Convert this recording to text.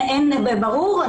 ברור,